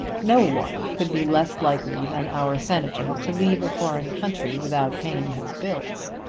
no one could be less likely than our senator to leave a foreign country without paying his bills.